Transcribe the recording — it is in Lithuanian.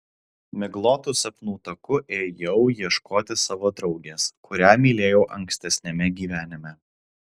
miglotu sapnų taku ėjau ieškoti savo draugės kurią mylėjau ankstesniame gyvenime